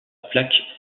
plaque